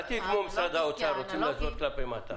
אל תהיי כמו משרד האוצר, רוצים לעשות כלפי מטה.